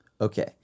Okay